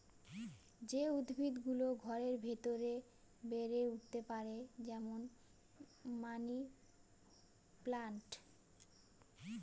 যে উদ্ভিদ গুলো ঘরের ভেতরে বেড়ে উঠতে পারে, যেমন মানি প্লান্ট